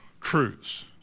truths